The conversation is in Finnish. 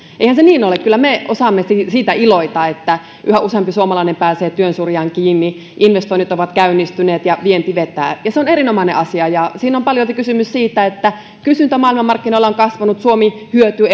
eihän se niin ole kyllä me osaamme siitä iloita että yhä useampi suomalainen pääsee työn syrjään kiinni investoinnit ovat käynnistyneet ja vienti vetää se on erinomainen asia ja siinä on paljolti kysymys siitä että kysyntä maailmanmarkkinoilla on kasvanut suomi hyötyy